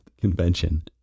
convention